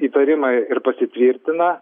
įtarimai pasitvirtina